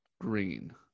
green